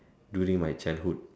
during my childhood